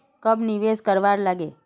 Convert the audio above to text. कब निवेश करवार लागे?